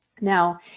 Now